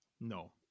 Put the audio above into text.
No